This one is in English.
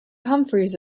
humphries